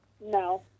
No